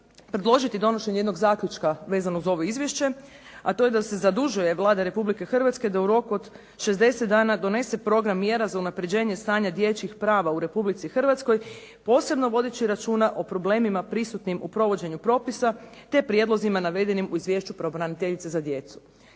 predložiti donošenje jednog zaključka vezano uz ovo izvješće, a to je da se zadužuje Vlada Republike Hrvatske da u roku od 60 dana donese program mjera za unapređenje stanja dječjih prava u Republici Hrvatskoj, posebno vodeći računa o problemima prisutnim u provođenju propisa te prijedlozima navedenim u izvješću pravobraniteljice za djecu.